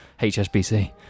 HSBC